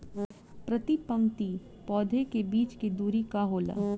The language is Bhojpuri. प्रति पंक्ति पौधे के बीच के दुरी का होला?